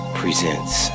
presents